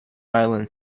island